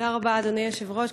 תודה רבה, אדוני היושב-ראש.